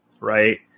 right